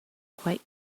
quite